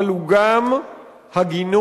אבל הוא גם הגינות